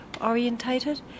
orientated